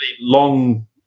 long